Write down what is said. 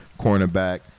cornerback